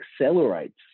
accelerates